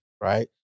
Right